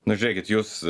nu žiūrėkit jūs